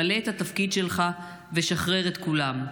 מלא את התפקיד שלך ושחרר את כולם".